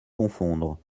confondre